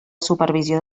supervisió